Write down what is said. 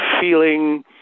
feeling